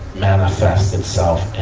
manifest itself